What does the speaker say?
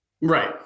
Right